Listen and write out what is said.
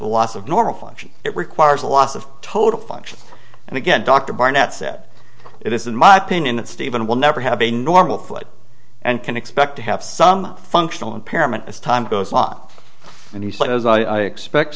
loss of normal function it requires a loss of total function and again dr barnett said it is in my opinion that steven will never have a normal flight and can expect to have some functional impairment as time goes on and he says i expect